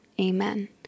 Amen